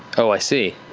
oh, i see,